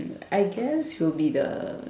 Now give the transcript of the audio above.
I guess it will be the